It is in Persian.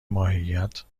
ماهیت